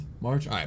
March